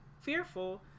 fearful